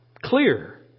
clear